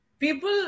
People